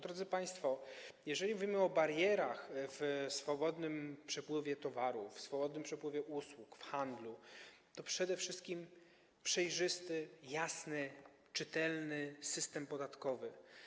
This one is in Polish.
Drodzy państwo, jeżeli mówimy o barierach w swobodnym przepływie towarów, w swobodnym przepływie usług, handlu, to chodzi przede wszystkim o przejrzysty, jasny, czytelny system podatkowy.